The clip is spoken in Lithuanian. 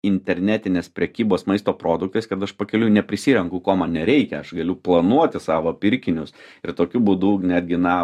internetinės prekybos maisto produktais kad aš pakeliui neprisirenku ko man nereikia aš galiu planuoti savo pirkinius ir tokiu būdu netgi na